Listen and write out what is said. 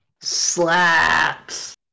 Slaps